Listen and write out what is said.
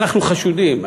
אנחנו חשודים.